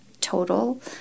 total